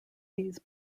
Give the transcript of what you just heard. these